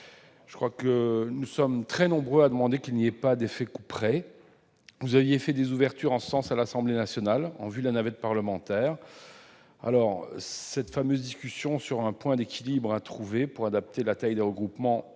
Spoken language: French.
le ministre, nous sommes très nombreux à demander qu'il n'y ait pas d'effet couperet. Vous aviez fait des ouvertures en ce sens à l'Assemblée nationale en vue de la navette parlementaire. La discussion sur le point d'équilibre à trouver pour adapter la taille des regroupements